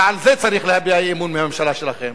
ועל זה צריך להביע אי-אמון בממשלה שלכם.